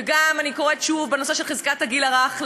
וגם אני קוראת שוב בנושא של חזקת הגיל הרך,